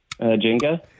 Jenga